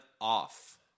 off